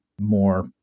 more